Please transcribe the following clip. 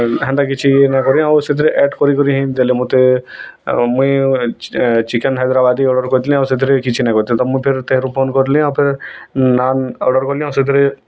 ହେନ୍ତା କିଛି ନାଇଁ କରି ଆଉ ସ୍ୱିଗିରେ ଆଡ଼ କରି କରି ଦେଲେ ମୋତେ ମୁଇଁ ଚିକେନ୍ ହାଇଦ୍ରାବାଦୀ ଅର୍ଡ଼ର କରିଥିଲି ଆଉ ସେଥିରେ କିଛି ନାଇଁ କରିଥିଲି ତ ମୁଁ ଫିର ତେରୁ ଫୋନ୍ କରିଥିଲି ଆଉ ଫେର୍ ନାନ୍ ଅର୍ଡ଼ର କଲି ଆଉ ସେଥିରେ